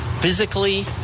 physically